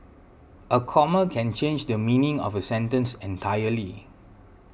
a comma can change the meaning of a sentence entirely